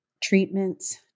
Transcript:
treatments